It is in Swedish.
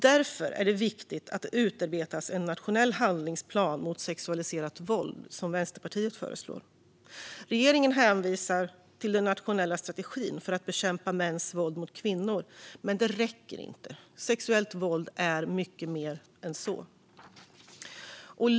Därför är det viktigt att det utarbetas en nationell handlingsplan mot sexualiserat våld, som Vänsterpartiet föreslår. Regeringen hänvisar till den nationella strategin för att bekämpa mäns våld mot kvinnor. Men det räcker inte. Sexuellt våld är mycket mer än så.